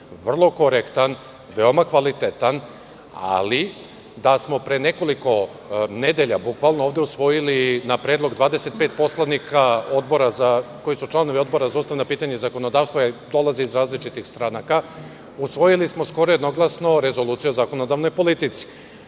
vrlo korektan, veoma kvalitetan, ali da smo pre nekoliko nedelja bukvalno ovde usvojili na predlog 25 poslanika, koji su članovi Odbora za ustavna pitanja i zakonodavstvo a dolaze iz različitih stranaka, usvojili smo skoro jednoglasno Rezoluciju o zakonodavnoj politici.